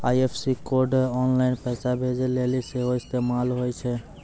IFSC code online पैसा भेजै लेली सेहो इस्तेमाल होय छै